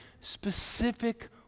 specific